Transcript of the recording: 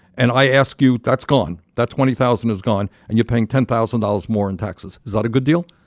and i ask you that's gone. that twenty thousand is gone, and you're paying ten thousand dollars more in taxes. is that a good deal?